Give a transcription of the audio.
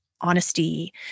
honesty